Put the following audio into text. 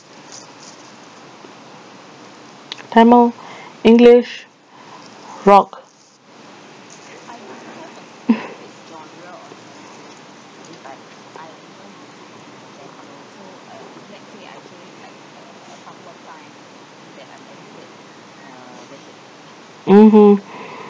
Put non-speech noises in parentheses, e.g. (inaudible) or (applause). tamil (breath) english rock (laughs) mmhmm